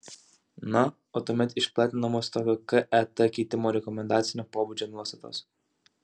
na o tuomet išplatinamos tokio ket keitimo rekomendacinio pobūdžio nuostatos